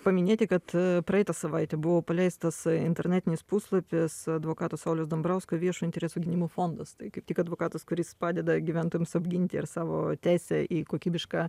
paminėti kad praeitą savaitę buvo paleistas internetinis puslapis advokato sauliaus dambrausko viešojo intereso gynimo fondas tai kaip tik advokatas kuris padeda gyventojams apginti ir savo teisę į kokybišką